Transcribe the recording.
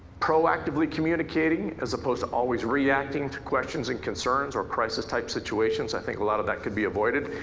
proactively communicating as opposed to always reacting to questions and concerns or crisis type situations. i think a lot of that could be avoided.